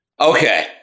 Okay